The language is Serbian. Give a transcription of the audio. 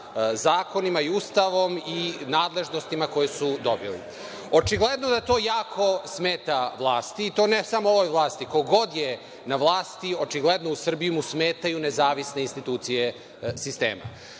zakonima i Ustavom i nadležnostima koje su dobili. Očigledno da to jako smeta vlasti, i to ne samo ovoj vlasti, ko god je na vlasti, očigledno u Srbiji mu smetaju nezavisne institucije sistema. Da